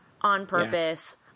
on-purpose